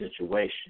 situation